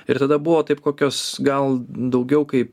ir tada buvo taip kokios gal daugiau kaip